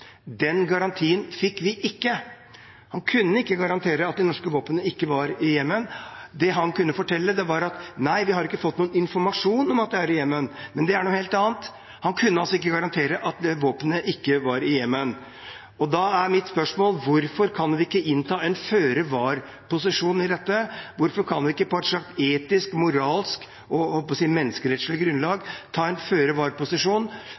Den garantien fikk vi ikke. Han kunne ikke garantere at de norske våpnene ikke var i Jemen. Det han kunne fortelle, var at man ikke hadde fått noen informasjon om at det var norske våpen i Jemen. Men det er noe helt annet. Han kunne altså ikke garantere at våpnene ikke var i Jemen. Da er mitt spørsmål: Hvorfor kan vi ikke innta en føre-var-posisjon i dette? Hvorfor kan vi ikke på et slags etisk, moralsk og menneskerettslig grunnlag